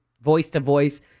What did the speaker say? voice-to-voice